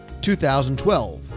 2012